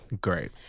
Great